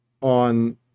on